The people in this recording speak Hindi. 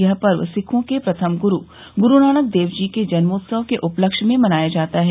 यह पर्व सिखों के प्रथम गुरु गुरुनानक देव जी के जन्मोत्सव के उपलक्ष्य में मनाया जाता है